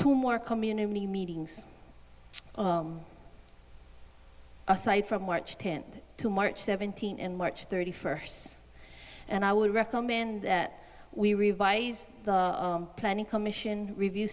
two more community meetings aside from march tenth to march seventeenth and march thirty first and i would recommend that we revise the planning commission review